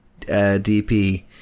DP